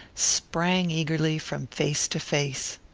sprang eagerly from face to face.